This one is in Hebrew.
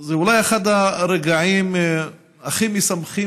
זה אולי אחד הרגעים הכי משמחים,